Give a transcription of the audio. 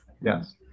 Yes